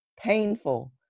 painful